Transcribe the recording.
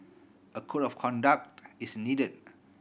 a code of conduct is needed